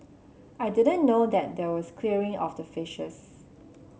I didn't know that there was clearing of the fishes